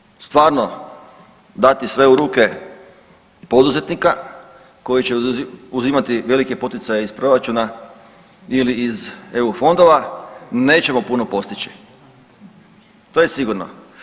Ukoliko ćemo stvarno dati sve u ruke poduzetnika koji će uzimati velike poticaje iz proračuna ili iz EU fondova nećemo puno postići to je sigurno.